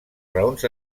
raons